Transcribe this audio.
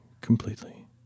completely